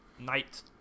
knight